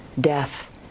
death